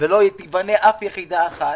ולא תיבנה אף יחידה אחת,